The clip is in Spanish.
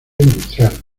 industrial